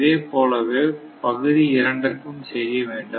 இதேபோல பகுதி இரண்டுக்கும் செய்ய வேண்டும்